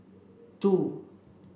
two